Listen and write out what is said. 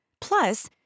Plus